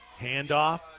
Handoff